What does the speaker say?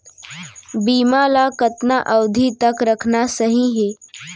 बीमा ल कतना अवधि तक रखना सही हे?